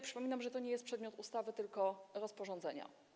Przypominam, że to nie jest przedmiot ustawy, tylko rozporządzenia.